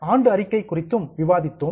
ஆண்டு அறிக்கை குறித்தும் விவாதித்தோம்